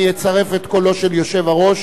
אני אצרף את קולו של היושב-ראש.